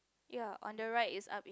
ya on the right is a